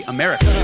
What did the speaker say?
America